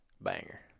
banger